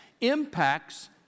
impacts